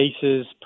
cases